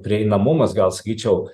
prieinamumas gal sakyčiau